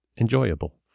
enjoyable